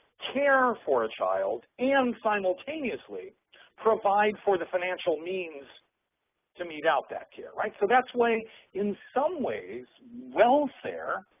care for a child and simultaneously provide for the financial means to meet out that care, right? so that's why in some ways welfare,